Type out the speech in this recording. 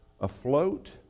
afloat